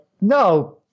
no –